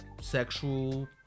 sexual